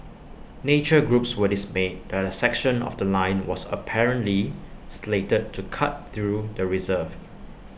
nature groups were dismayed that A section of The Line was apparently slated to cut through the reserve